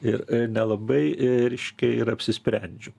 ir nelabai reiškia ir apsisprendžiu